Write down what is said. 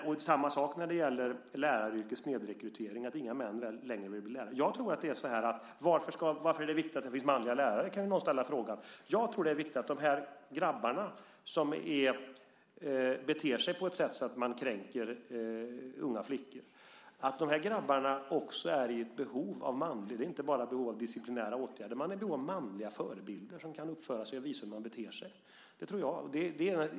Detsamma gäller läraryrkets snedrekrytering, det vill säga att inga män längre vill bli lärare. Varför är det viktigt att det finns manliga lärare, kan man fråga. Jag tror att det är viktigt att se att de grabbar som beter sig på ett sådant sätt att de kränker unga flickor är i behov av inte bara disciplinära åtgärder - man är i behov av manliga förebilder som kan uppföra sig och visa hur man beter sig. Det tror jag.